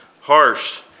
Harsh